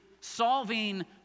solving